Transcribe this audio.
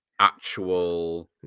actual